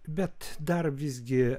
bet dar visgi